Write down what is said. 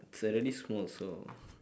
it's already small so